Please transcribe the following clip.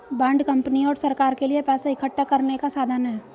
bond company और सरकार के लिए पैसा इकठ्ठा करने का साधन है